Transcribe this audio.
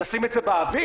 נשים את זה באוויר?